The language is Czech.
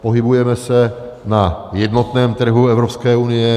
Pohybujeme se na jednotném trhu Evropské unie.